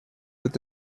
with